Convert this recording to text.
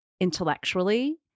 intellectually